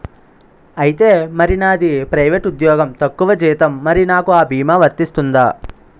ఐతే మరి నాది ప్రైవేట్ ఉద్యోగం తక్కువ జీతం మరి నాకు అ భీమా వర్తిస్తుందా?